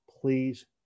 please